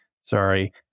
sorry